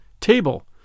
table